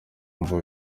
wumva